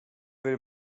will